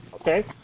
Okay